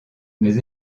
mais